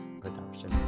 production